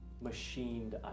machined